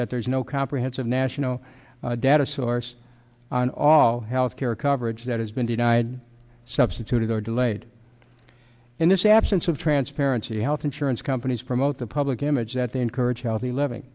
that there is no comprehensive national data source on all health care coverage that has been denied substituted or delayed in this absence of transparency health insurance companies promote the public image that they encourage healthy living